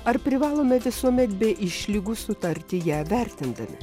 ar privalome visuomet be išlygų sutarti ją vertindami